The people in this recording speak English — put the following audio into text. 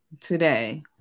today